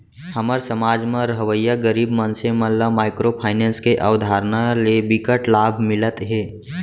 हमर समाज म रहवइया गरीब मनसे मन ल माइक्रो फाइनेंस के अवधारना ले बिकट लाभ मिलत हे